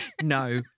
No